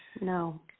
No